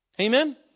Amen